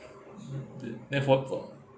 there~ therefore thought